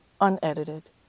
unedited